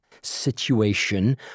Situation